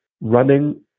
running